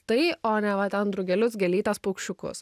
tai o ne va ten drugelius gėlytes paukščiukus